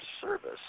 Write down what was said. service